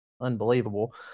unbelievable